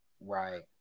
right